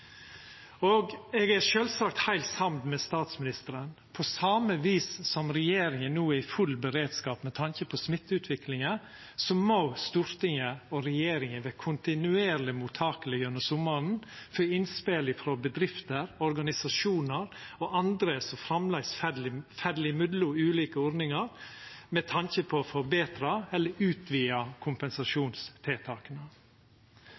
Eg er sjølvsagt heilt samd med statsministeren: På same vis som regjeringa no er i full beredskap med tanke på smitteutviklinga, må Stortinget og regjeringa vera kontinuerlig mottakelege gjennom sommaren for innspel frå bedrifter, organisasjonar og andre som framleis fell mellom ulike ordningar, med tanke på å forbetra eller utvida